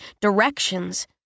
directions